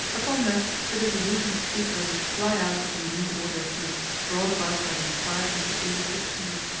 upon that the disillusioned suitor would fly out upon the new order of things brought about by the inquiry into illicit fees,